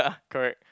correct